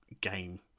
game